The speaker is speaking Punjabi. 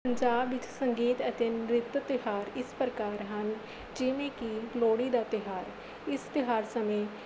ਪੰਜਾਬ ਵਿੱਚ ਸੰਗੀਤ ਅਤੇ ਨ੍ਰਿੱਤ ਤਿਉਹਾਰ ਇਸ ਪ੍ਰਕਾਰ ਹਨ ਜਿਵੇਂ ਕਿ ਲੋਹੜੀ ਦਾ ਤਿਉਹਾਰ ਇਸ ਤਿਉਹਾਰ ਸਮੇਂ